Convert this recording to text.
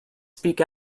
speak